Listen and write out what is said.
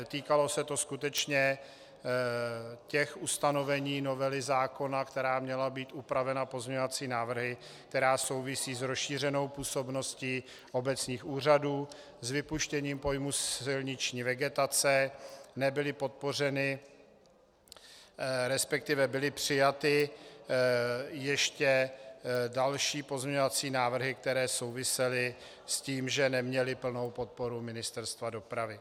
Týkalo se to skutečně těch ustanovení novely zákona, která měla být upravena pozměňovacími návrhy, které souvisí s rozšířenou působností obecních úřadů, s vypuštěním pojmu silniční vegetace, nebyly podpořeny, resp. byly přijaty ještě další pozměňovací návrhy, které souvisely s tím, že neměly plnou podporu Ministerstva dopravy.